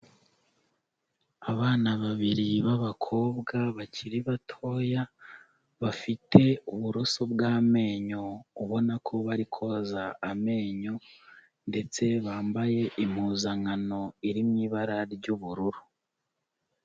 Abana babiri b'abakobwa bakiri batoya bafite uburoso bw'amenyo ubona ko bari koza amenyo ndetse bambaye impuzankano iri mu ibara ry'ubururu.